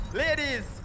ladies